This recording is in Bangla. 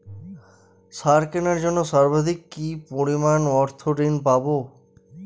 সার কেনার জন্য সর্বাধিক কি পরিমাণ অর্থ ঋণ পাব?